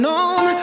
on